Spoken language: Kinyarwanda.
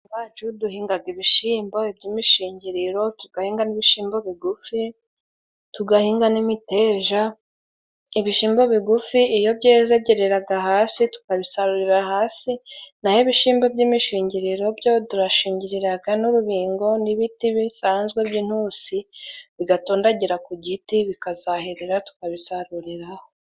Umuco wacu duhingaga ibishimbo by'imishingiriro, tugahinga n'ibishimbo bigufi, tugahinga n'imiteja. Ibishimbo bigufi iyo byeze byeraga hasi tukabisarurira hasi, naho ibishimbo by'imishingiriro byo turashingiriraga n'urubingo n'ibiti bisanzwe by'intusi, bigatondagira ku giti, bikazaherera, tukabisaruriraho.